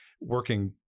working